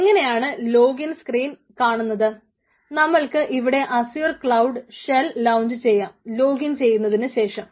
എങ്ങനെയാണ് login screen launch ചെയ്യാം login ചെയ്തതിനു ശേഷം